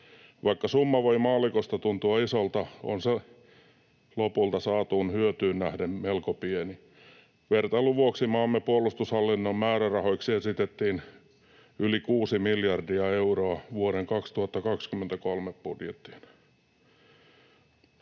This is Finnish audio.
Vaikka summa voi maallikosta tuntua isolta, on se lopulta saatuun hyötyyn nähden melko pieni. Vertailun vuoksi maamme puolustushallinnon määrärahoiksi esitettiin yli kuusi miljardia euroa vuoden 2023 budjettiin.